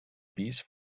pis